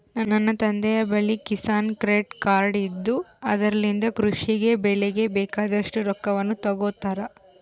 ನನ್ನ ತಂದೆಯ ಬಳಿ ಕಿಸಾನ್ ಕ್ರೆಡ್ ಕಾರ್ಡ್ ಇದ್ದು ಅದರಲಿಂದ ಕೃಷಿ ಗೆ ಬೆಳೆಗೆ ಬೇಕಾದಷ್ಟು ರೊಕ್ಕವನ್ನು ತಗೊಂತಾರ